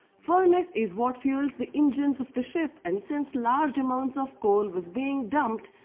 furnace is what fuels the engines of the ship and since large amounts of coal was being dumped,